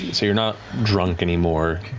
you're not drunk anymore.